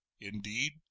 Indeed